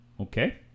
Okay